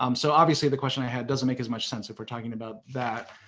um so, obviously, the question i had doesn't make as much sense if we're talking about that.